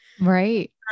right